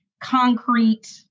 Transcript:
concrete